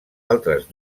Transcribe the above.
altres